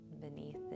beneath